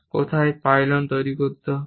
কোথায় পাইলন তৈরি করতে হবে